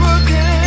again